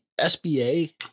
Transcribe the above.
SBA